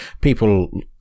people